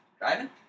Driving